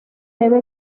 debe